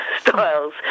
styles